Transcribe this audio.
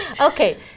Okay